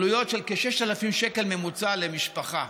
עלויות של כ-6,000 שקל בממוצע למשפחה.